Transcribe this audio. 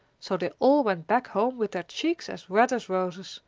so they all went back home with their cheeks as red as roses,